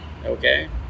Okay